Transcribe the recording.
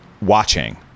watching